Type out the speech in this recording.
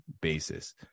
basis